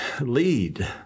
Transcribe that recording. lead